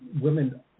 women